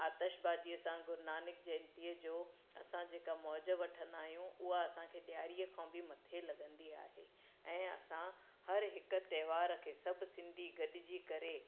आतिशबाजीअ सां गुरुनानक जयंतीअ जो असां जेका मौज वठींदा आहियूं उहो असांखे ॾियारीअ खां बि मथे लगंदी आहे ऐं असां हर हिकु तहेवार खे सभु सिंधी गॾिजी करे